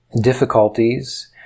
difficulties